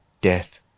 death